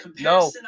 no